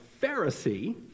Pharisee